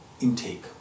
intake